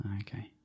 Okay